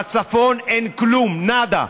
בצפון אין כלום, נאדה.